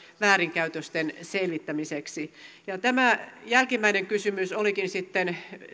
väärinkäytösten selvittämiseksi ja tämä jälkimmäinen kysymys olikin sitten